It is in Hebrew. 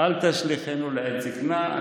תשליכנו לעת זקנה.